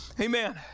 Amen